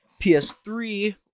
PS3